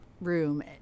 room